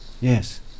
yes